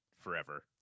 forever